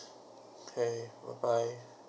okay bye bye